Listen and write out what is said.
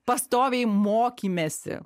pastoviai mokymesi